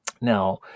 Now